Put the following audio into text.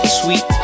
sweet